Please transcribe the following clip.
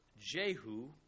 Jehu